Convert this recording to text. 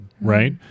right